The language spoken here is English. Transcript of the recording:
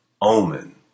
omen